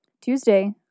Tuesday